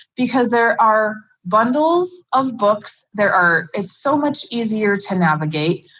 because there are bundles of books there are it's so much easier to navigate.